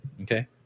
Okay